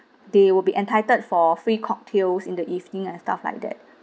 they will be entitled for free cocktails in the evening and stuff like that